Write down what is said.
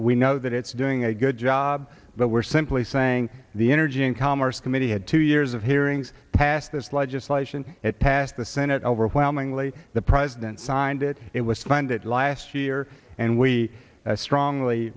we know that it's doing a good job but we're simply saying the energy and commerce committee had two years of hearings passed this legislation it passed the senate overwhelmingly the president signed it it was funded last year and we strongly